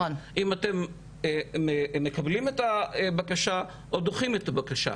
יש לכם שלושים יום לענות אם אתם מקבלים את הבקשה או דוחים את הבקשה.